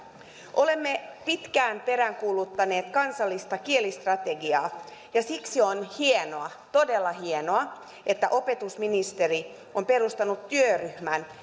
olemme pitkään peräänkuuluttaneet kansallista kielistrategiaa ja siksi on todella hienoa että opetusministeri on perustanut työryhmän